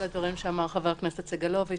רק בהקשר לדברים שאמר חבר הכנסת סגלוביץ'.